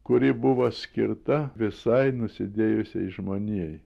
kuri buvo skirta visai nusidėjusiai žmonijai